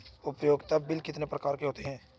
उपयोगिता बिल कितने प्रकार के होते हैं?